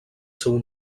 seu